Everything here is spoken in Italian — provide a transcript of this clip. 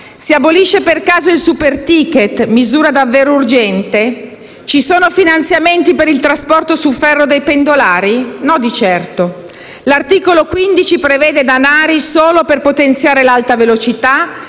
Si abolisce per caso il superticket, misura davvero urgente? Ci sono finanziamenti per il trasporto su ferro dei pendolari? No di certo. L'articolo 15 prevede danari solo per potenziare l'alta velocità,